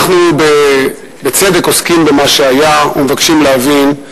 אנחנו בצדק עוסקים במה שהיה ומבקשים להבין,